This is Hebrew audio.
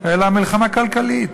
אלא מלחמה כלכלית.